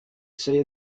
say